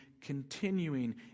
continuing